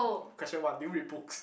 question one do you read books